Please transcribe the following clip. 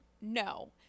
No